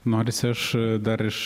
norisi aš dar iš